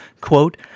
quote